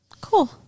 Cool